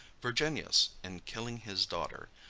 virginius, in killing his daughter,